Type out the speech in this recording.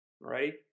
right